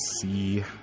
see